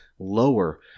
lower